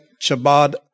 Chabad